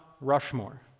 Rushmore